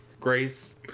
Grace